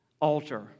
altar